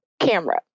camera